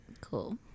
cool